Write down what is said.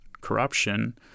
corruption